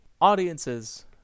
audiences